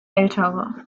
ältere